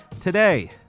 Today